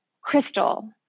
crystal